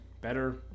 better